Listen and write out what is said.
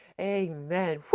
Amen